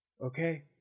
Okay